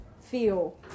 feel